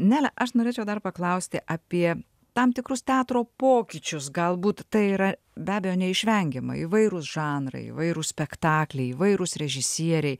nele aš norėčiau dar paklausti apie tam tikrus teatro pokyčius galbūt tai yra be abejo neišvengiama įvairūs žanrai įvairūs spektakliai įvairūs režisieriai